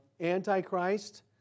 Antichrist